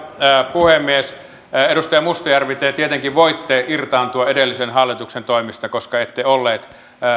puhemies edustaja mustajärvi te tietenkin voitte irtaantua edellisen hallituksen toimista koska ette ollut